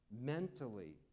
mentally